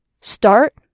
Start